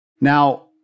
Now